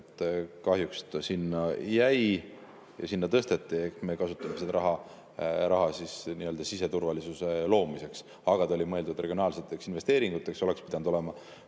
Kahjuks ta sinna jäi ja sinna tõsteti. Eks me kasutame seda raha siis siseturvalisuse loomiseks, aga ta oli mõeldud regionaalseteks investeeringuteks, oleks pidanud olema